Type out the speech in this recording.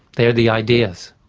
they're the ideas,